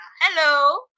Hello